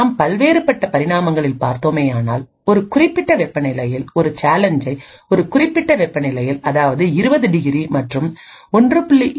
நாம் பல்வேறுபட்ட பரிணாமங்களில் பார்த்தோமேயானால் ஒரு குறிப்பிட்ட வெப்பநிலையில் ஒரு சேலஞ்சை ஒரு குறிப்பிட்ட வெப்பநிலையில் அதாவது 20 டிகிரி மற்றும் 1